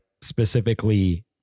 specifically